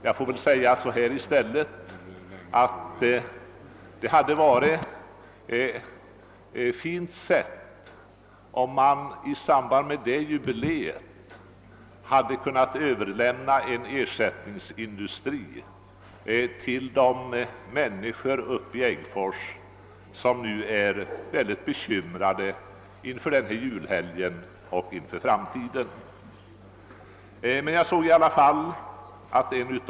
Jag får väl i stället säga att det hade varit glädjande om man i samband med jubileet hade kunnat meddela de människor uppe i Äggfors som nu är bekymrade inför julhelgen och inför framti den i övrigt att det skulle ordnas en ersättningsindustri.